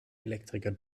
elektriker